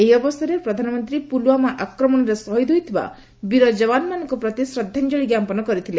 ଏହି ଅବସରରେ ପ୍ରଧାନମନ୍ତ୍ରୀ ପୁଲ୍ୱାମା ଆକ୍ରମଣରେ ଶହୀଦ୍ ହୋଇଥିବା ବୀର ଯବାନମାନଙ୍କ ପ୍ରତି ଶ୍ରଦ୍ଧାଞ୍ଜଳି ଜ୍ଞାପନ କରିଥିଲେ